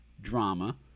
drama